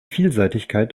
vielseitigkeit